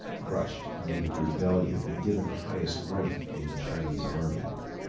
crushed native rebellion and given highest rank in chinese army.